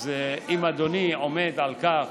אז אם אדוני עומד על כך